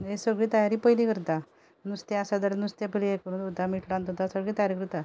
ही सगळी तयारी पयलीं करतां नुस्तें आसा जाल्यार नुस्तें पयलीं हें करून दवरतां मीठ लावून दवरतां सगळी तयारी करतां